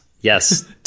yes